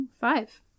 Five